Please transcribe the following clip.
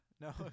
no